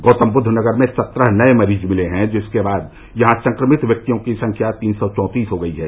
गौतमबुद्व नगर में सत्रह नए मरीज मिले हैं जिसके बाद यहां संक्रमित व्यक्तियों की संख्या तीन सौ चौंतीस हो गई है